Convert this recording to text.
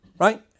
Right